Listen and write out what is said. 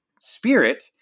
spirit